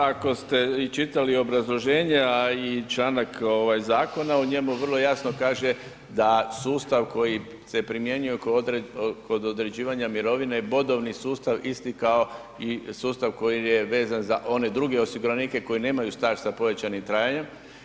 Pa ako ste i čitali obrazloženje, a i članak ovaj zakona, u njemu vrlo jasno kaže da sustav koji se primjenjuje kod određivanja mirovine je bodovni sustav isti kao i sustav koji je vezan za one druge osiguranike koji nemaju staž sa povećanim trajanjem.